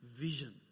vision